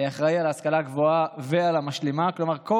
אחראי להשכלה הגבוהה ולמשלימה, כלומר פה